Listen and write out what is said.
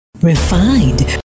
refined